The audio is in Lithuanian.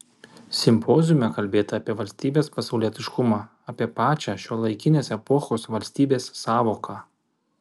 simpoziume kalbėta apie valstybės pasaulietiškumą apie pačią šiuolaikinės epochos valstybės sąvoką